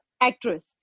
actress